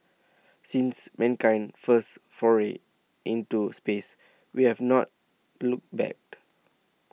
since mankind's first foray into space we have not looked back